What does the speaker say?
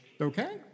Okay